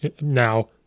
Now